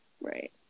Right